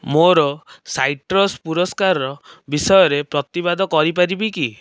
ମୋର ସାଇଟ୍ରସ୍ ପୁରସ୍କାର ବିଷୟରେ ପ୍ରତିବାଦ କରିପାରିବି କି